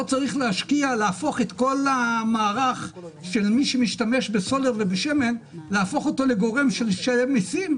לא צריך להפוך את כל המערך של מי שמשתמש בסולר ובשמן לגורם שמשלם מיסים.